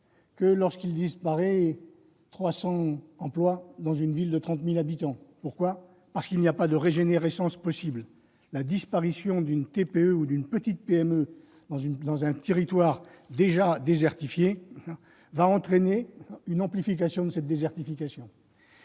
que lorsqu'il disparaît 300 emplois dans une ville de 30 000 habitants. Pourquoi ? Parce qu'il n'y a pas de régénérescence possible. La disparition d'une TPE ou d'une petite PME dans un territoire déjà désertifié va entraîner une amplification de cette désertification.